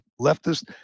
leftist